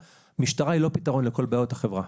המשטרה היא לא פתרון לכל בעיות החברה.